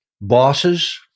bosses